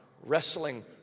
wrestling